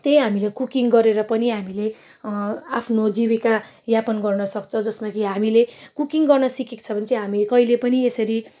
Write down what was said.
त्यही हामीले कुकिङ गरेर पनि हामीले आफ्नो जीविकायापन गर्न सक्छ जसमा कि हामीले कुकिङ गर्न सिकेको छ भने चाहिँ कहिले पनि यसरी